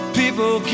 people